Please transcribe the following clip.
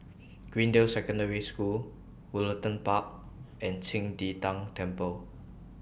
Greendale Secondary School Woollerton Park and Qing De Tang Temple